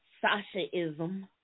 Sasha-ism